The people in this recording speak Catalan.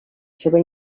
seva